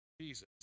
Jesus